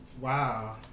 Wow